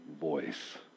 voice